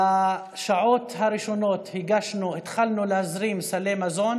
בשעות הראשונות התחלנו להזרים סלי מזון